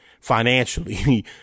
financially